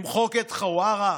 למחוק את חווארה,